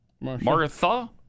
Martha